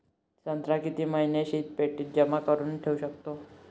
संत्रा किती महिने शीतपेटीत जमा करुन ठेऊ शकतो?